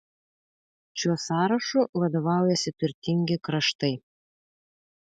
šiuo sąrašu vadovaujasi turtingi kraštai